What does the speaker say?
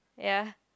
ya